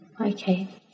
Okay